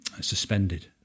suspended